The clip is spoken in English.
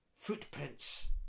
footprints